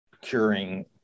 curing